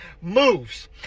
moves